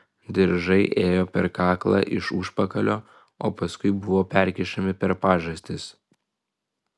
diržai ėjo per kaklą iš užpakalio o paskui buvo perkišami per pažastis